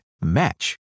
match